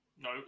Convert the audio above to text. No